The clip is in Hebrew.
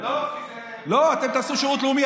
לא, כי זה, לא, אתם תעשו שירות לאומי.